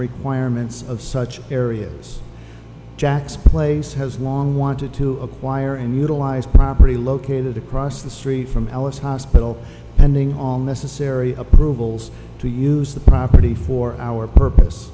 requirements of such areas jack's place has long wanted to acquire and utilize property located across the street from ellis hospital pending all necessary approvals to use the property for our purpose